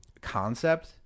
concept